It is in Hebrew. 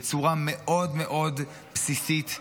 בצורה מאוד מאוד בסיסית,